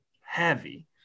heavy